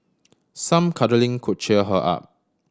some cuddling could cheer her up